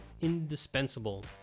indispensable